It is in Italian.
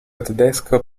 tedesco